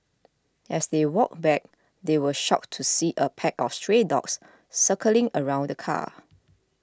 as they walked back they were shocked to see a pack of stray dogs circling around the car